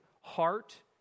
heart